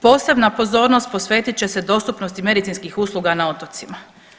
Posebna pozornost posvetit će dostupnosti medicinskih usluga na otocima.